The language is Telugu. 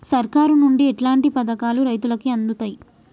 సర్కారు నుండి ఎట్లాంటి పథకాలు రైతులకి అందుతయ్?